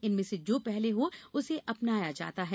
इनमें से जो पहले हो उसे अपनाया जाता है